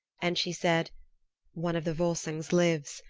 and she said one of the volsungs lives,